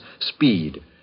speed